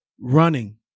running